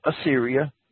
Assyria